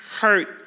hurt